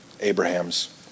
Abraham's